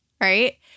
Right